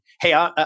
Hey